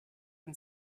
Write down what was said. and